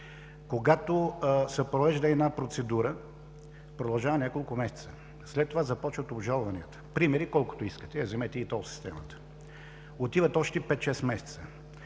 Когато се провежда една процедура, продължава няколко месеца, след това започват обжалванията. Примери колкото искате – вземете и ТОЛ системата. Отиват още пет – шест